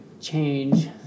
change